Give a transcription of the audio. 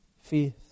faith